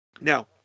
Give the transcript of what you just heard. Now